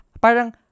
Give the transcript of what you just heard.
parang